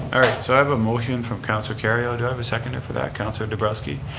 all right, so i have a motion from councilor kerrio. do i have a second for that? councilor nabrowski.